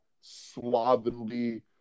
slovenly